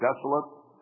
desolate